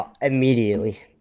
Immediately